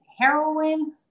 heroin